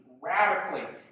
radically